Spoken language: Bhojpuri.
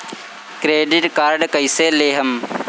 क्रेडिट कार्ड कईसे लेहम?